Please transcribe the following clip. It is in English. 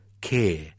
care